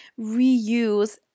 reuse